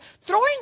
throwing